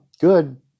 good